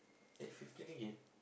eh fifty ringgit